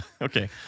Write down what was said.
Okay